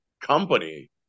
company